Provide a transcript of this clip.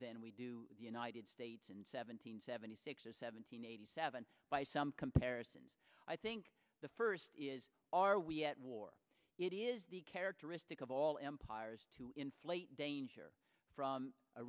than we do the united states and seven hundred seventy six or seven hundred eighty seven by some comparison i think the first is are we at war it is the characteristic of all empires to inflate danger from a